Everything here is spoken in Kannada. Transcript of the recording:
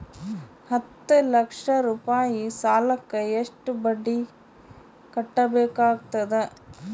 ಹತ್ತ ಲಕ್ಷ ರೂಪಾಯಿ ಸಾಲಕ್ಕ ಎಷ್ಟ ಬಡ್ಡಿ ಕಟ್ಟಬೇಕಾಗತದ?